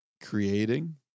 creating